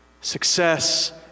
success